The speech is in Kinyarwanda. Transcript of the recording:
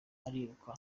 ariruka